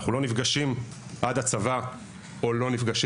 אנחנו לא נפגשים עם האחר עד הצבא ואם בכלל,